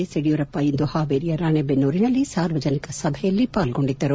S Yediyurappa ಇಂದು ಹಾವೇರಿಯ ರಾಣೆಬೆನ್ನೂರಿನಲ್ಲಿ ಸಾರ್ವಜನಿಕ ಸಭೆಯಲ್ಲಿ ಪಾಲ್ಗೊಂಡಿದ್ದರು